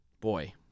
boy